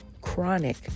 chronic